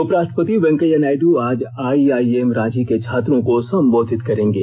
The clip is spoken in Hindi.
उपराष्ट्रपति वेंकैया नायडू आज आइआइएम रांची के छात्रों को संबोधित करेंगे